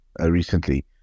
recently